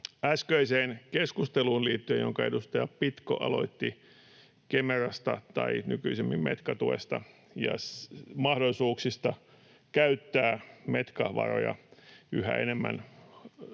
äskeiseen keskusteluun, jonka edustaja Pitko aloitti Kemerasta tai nykyisemmin Metka-tuesta ja mahdollisuuksista käyttää Metkan varoja yhä enemmän